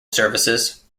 services